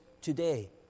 today